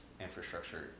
infrastructure